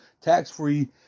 tax-free